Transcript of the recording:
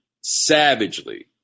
savagely